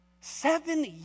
Seven